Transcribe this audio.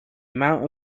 amount